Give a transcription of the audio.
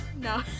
No